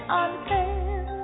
unfair